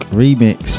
remix